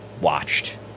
watched